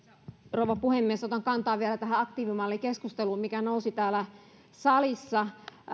rouva puhemies otan kantaa vielä tähän aktiivimallikeskusteluun mikä nousi täällä salissa